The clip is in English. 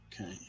Okay